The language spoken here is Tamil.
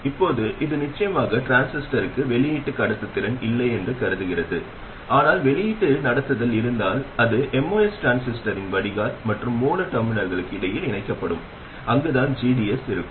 இப்போது இது நிச்சயமாக டிரான்சிஸ்டருக்கு வெளியீட்டு கடத்துத்திறன் இல்லை என்று கருதுகிறது ஆனால் வெளியீட்டு நடத்துதல் இருந்தால் அது MOS டிரான்சிஸ்டரின் வடிகால் மற்றும் மூல டெர்மினல்களுக்கு இடையில் இணைக்கப்படும் அங்குதான் gds இருக்கும்